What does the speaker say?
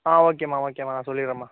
ஆ ஓகேம்மா ஓகேம்மா நான் சொல்லிடுறேம்மா